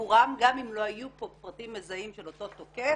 סיפורן גם אם לא היו פה פרטים מזהים של אותו תוקף,